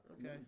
Okay